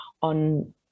on